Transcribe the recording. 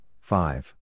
five